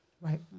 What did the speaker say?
Right